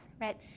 right